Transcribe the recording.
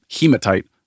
hematite